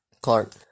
Clark